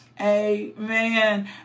amen